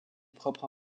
propres